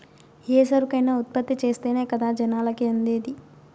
ఏ సరుకైనా ఉత్పత్తి చేస్తేనే కదా జనాలకి అందేది